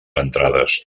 entrades